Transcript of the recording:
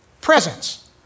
presence